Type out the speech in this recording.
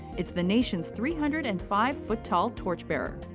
it's the nation's three hundred and five foot tall torchbearer!